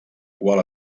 qual